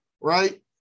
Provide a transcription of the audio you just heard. right